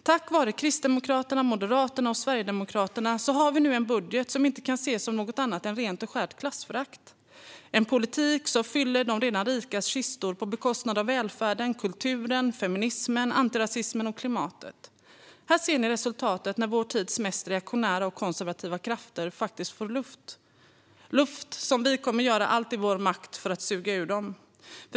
På grund av Kristdemokraterna, Moderaterna och Sverigedemokraterna har vi nu en budget som inte kan ses som något annat än rent och skärt klassförakt. Det är en politik som fyller de redan rikas kistor på bekostnad av välfärden, kulturen, feminismen, antirasismen och klimatet. Här ser ni resultatet av att vår tids mest reaktionära och konservativa krafter får luft. Det är luft som vi kommer att göra allt som står i vår makt för att suga ur dem.